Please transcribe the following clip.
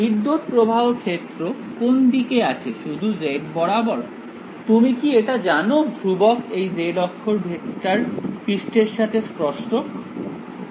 বিদ্যুৎপ্রবাহ ক্ষেত্র কোন দিকে আছে শুধু z বরাবর তুমি কি এটা জানো ধ্রুবক এই z অক্ষর ভেক্টর পৃষ্ঠের সাথে স্পর্শক